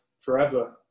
forever